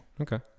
Okay